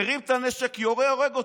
מרים את הנשק, יורה והורג אותו.